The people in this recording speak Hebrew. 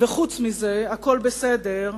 וחוץ מזה הכול בסדר,